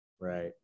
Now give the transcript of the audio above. Right